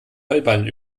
heuballen